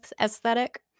aesthetic